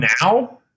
now